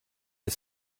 his